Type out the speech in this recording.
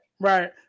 right